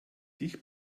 dich